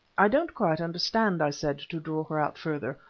i don't quite understand, i said, to draw her out further,